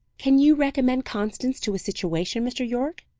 can you recommend constance to a situation, mr. yorke?